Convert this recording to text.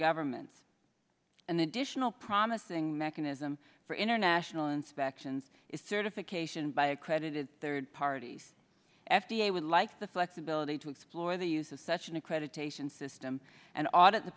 governments an additional promising mechanism for international inspections is certification by accredited third parties f d a would like the flexibility to explore the use of such an accreditation system and audit the